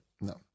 No